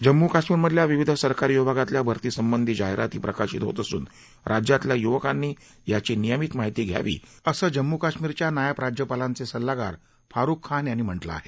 जम्मू काश्मीरमधल्या विविध सरकारी विभागातल्या भरती संबंधी जाहिराती प्रकाशित होत असून राज्यातल्या युवकांनी यांची नियमित माहिती घ्यावी असं जम्मू काश्मीरच्या नायब राज्यपालांचे सल्लागार फारुक खान यांनी म्हटलं आहे